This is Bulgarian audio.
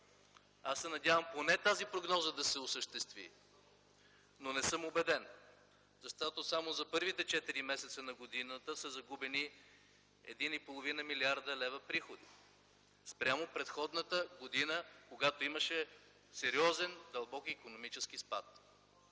Аз се надявам поне тази прогноза да се осъществи, но не съм убеден, защото само за първите четири месеца на годината са загубени 1,5 млрд. лв. приходи спрямо предходната година, когато имаше сериозен дълбок икономически спад.